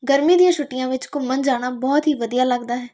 ਗਰਮੀ ਦੀਆਂ ਛੁੱਟੀਆਂ ਵਿੱਚ ਘੁੰਮਣ ਜਾਣਾ ਬਹੁਤ ਹੀ ਵਧੀਆ ਲੱਗਦਾ ਹੈ